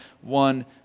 one